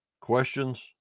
questions